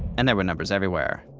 and there were numbers everywhere.